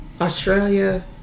Australia